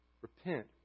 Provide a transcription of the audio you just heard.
repent